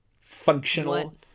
functional